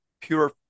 pure